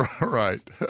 Right